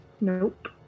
nope